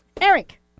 Eric